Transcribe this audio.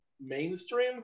mainstream